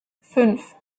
fünf